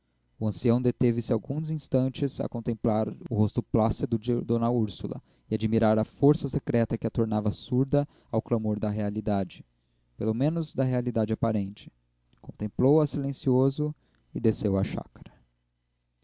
o ancião deteve-se alguns instantes a contemplar o rosto plácido de d úrsula a admirar a força secreta que a tornava surda ao clamor da realidade pelo menos da realidade aparente contemplou-a silencioso e desceu à chácara